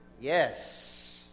yes